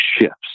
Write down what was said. shifts